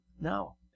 No